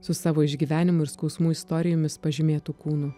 su savo išgyvenimų ir skausmų istorijomis pažymėtu kūnu